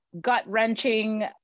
gut-wrenching